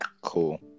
cool